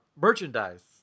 merchandise